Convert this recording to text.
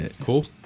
Cool